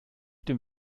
dem